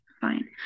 fine